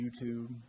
YouTube